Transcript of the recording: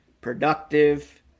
productive